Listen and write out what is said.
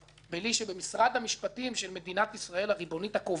בלי שבמשרד המשפטים של מדינת ישראל הריבונית הכובשת